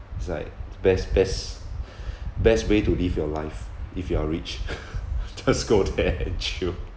it's like the best best best way to live your life if you are rich just go there and chill